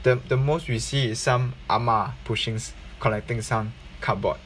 the the most we see some 阿嬤 pushing collecting some cardboard